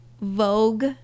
vogue